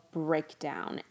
breakdown